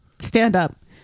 stand-up